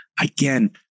Again